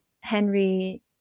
Henry